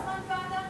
כמה זמן הוועדה?